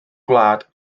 gwlad